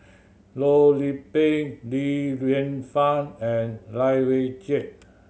Loh Lik Peng Li Lienfung and Lai Weijie